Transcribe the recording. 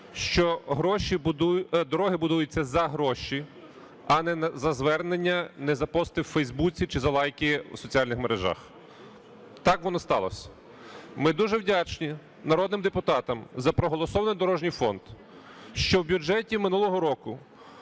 що дороги будуються за гроші, а не за звернення, не за пости в Facebook чи за лайки в соціальних мережах. Так воно сталося. Ми дуже вдячні народним депутатам за проголосований дорожній фонд, що в бюджеті минулого року